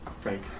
Frank